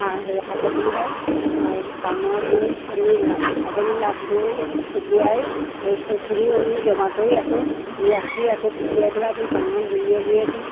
আ হেৰি শাক পাচলি হয় আৰু পাণৰ গুৰিত আমি ছাগলী লাটবোৰ শুকুৱাই সেইখিনি আমি জমা কৰি ৰাখোঁ ৰাখি আকৌ শুকুৱাই পেলাই আমি পাণৰ গুৰিয়ে গুৰিয়ে দিওঁ